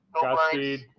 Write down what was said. Godspeed